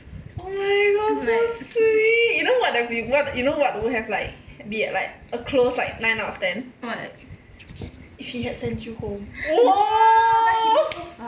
oh my god so sweet you know what have been you know what would have like be like a close like nine out of ten if he had sent you home oh